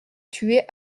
tuer